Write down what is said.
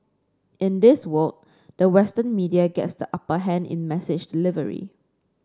in this world the Western media gets the upper hand in message delivery